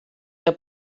herr